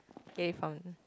get it from